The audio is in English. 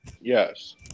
Yes